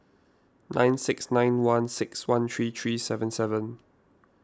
nine six nine one six one three three seven seven